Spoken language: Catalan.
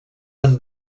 amb